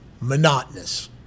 Monotonous